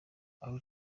hugo